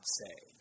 say